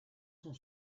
son